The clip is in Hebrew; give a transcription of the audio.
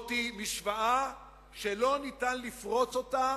זאת משוואה שלא ניתן לפרוץ אותה